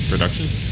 Productions